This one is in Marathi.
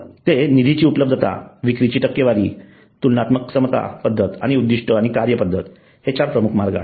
ते निधीची उपलब्धता विक्रीची टक्केवारी तुलनात्मक समता पद्धत आणि उद्दिष्ट आणि कार्य पद्धत हे ४ प्रमुख मार्ग आहे